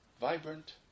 vibrant